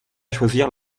choisir